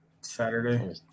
Saturday